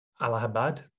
Allahabad